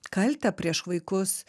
kaltę prieš vaikus